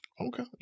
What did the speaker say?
okay